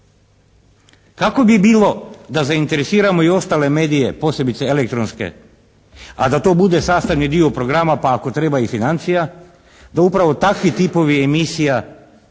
Kako bi bilo da zainteresiramo i ostale medije posebice elektronske a da to bude sastavni dio programa pa ako treba i financija da upravo takvi tipovi emisija